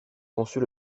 conçut